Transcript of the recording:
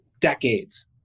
decades